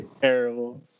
terrible